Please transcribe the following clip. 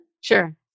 Sure